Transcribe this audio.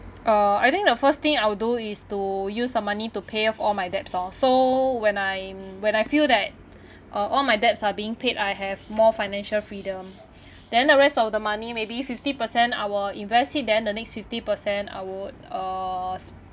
uh I think the first thing I would do is to use the money to pay off all my debts orh so when I'm when I feel that uh all my debts are being paid I have more financial freedom then the rest of the money maybe fifty percent I will invest it then the next fifty per cent I would uh